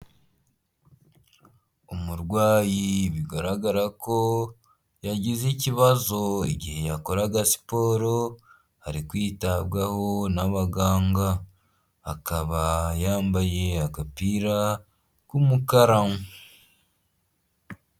Umurwayi bigaragara ko yagize ikibazo igihe yakoraga siporo ari kwitabwaho n'abaganga . Akaba yambaye agapira k'umukara.